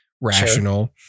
rational